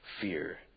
fear